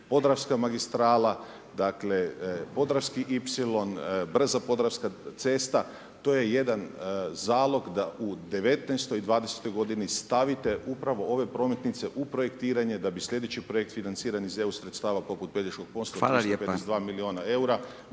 Podravska magistrala, dakle podravski Y, brza podravska cesta, to je jedan zalog da u '19.-toj i '20-oj godini stavite upravo ove prometnice u projektiranje da bi sljedeći projekt financiran iz EU sredstava poput Pelješkog mosta .../Govornik